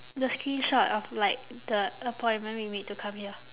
the screenshot of like the appointment we made to come here